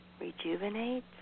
rejuvenate